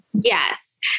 Yes